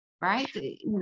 Right